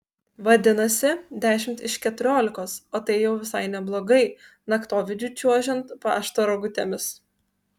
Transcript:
vadinasi dešimt iš keturiolikos o tai jau visai neblogai naktovidžiu čiuožiant pašto rogutėmis